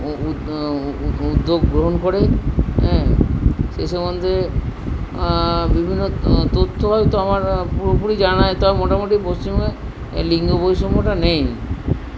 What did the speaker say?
উদ্যোগ গ্রহণ করে সে সম্বন্ধে বিভিন্ন তথ্য হয়তো আমার পুরোপুরি জানা নেই তবে মোটামুটি পশ্চিমবঙ্গে এই লিঙ্গ বৈষম্যটা নেই